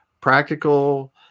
practical